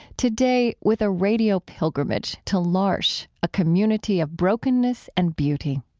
today, with a radio pilgrimage to l'arche a community of brokenness and beauty.